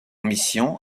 mission